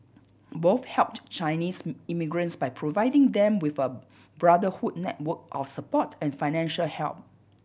both helped Chinese immigrants by providing them with a brotherhood network of support and financial help